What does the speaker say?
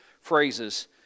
phrases